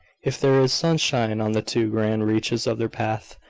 if there is sunshine on the two grand reaches of their path,